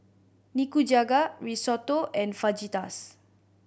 Nikujaga Risotto and Fajitas